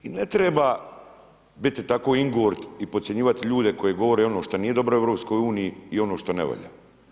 I ne treba biti tako ingord i podcjenjivati ljude koji govore ono što nije dobro u EU i ono što ne valja.